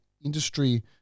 industry